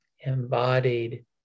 embodied